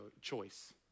choice